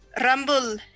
Rumble